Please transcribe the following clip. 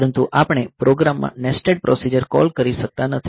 પરંતુ આપણે પ્રોગ્રામમાં નેસ્ટેડ પ્રોસિજર કૉલ કરી શકતા નથી